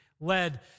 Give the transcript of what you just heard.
led